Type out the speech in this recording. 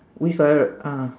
with a uh